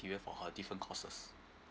for her different courses